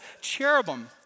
cherubim